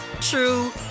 true